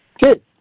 Good